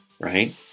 right